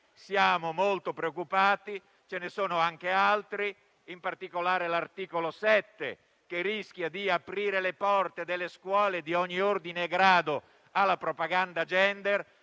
temi che ci preoccupano molto; ce ne sono anche altri e, in particolare, l'articolo 7, che rischia di aprire le porte delle scuole di ogni ordine e grado alla propaganda *gender*;